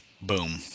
Boom